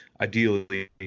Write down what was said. ideally –